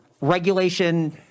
Regulation